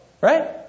right